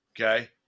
okay